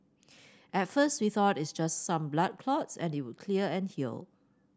at first we thought it just some blood clots and it would clear and heal